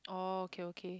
oh okay okay